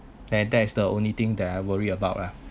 then that's the only thing that I worry about lah